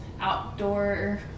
outdoor